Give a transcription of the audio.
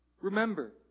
remember